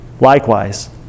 likewise